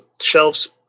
shelves